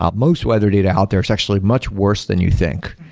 um most whether data out there is actually much worse than you think.